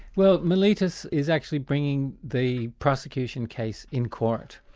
well, meletus is actually bringing the prosecution case in court,